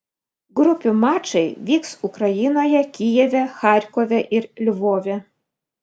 grupių mačai vyks ukrainoje kijeve charkove ir lvove